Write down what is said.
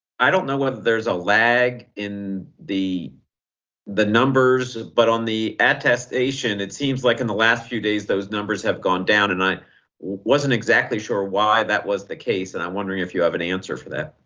i don't know whether there's a lag in the the numbers, but on the attestation it seems like in the last few days, those numbers have gone down and i wasn't exactly sure why that was the case. and i'm wondering if you have an answer for that.